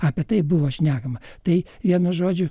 apie tai buvo šnekama tai vienu žodžiu